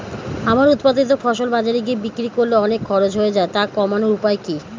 আমার উৎপাদিত ফসল বাজারে গিয়ে বিক্রি করলে অনেক খরচ হয়ে যায় তা কমানোর উপায় কি?